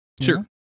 Sure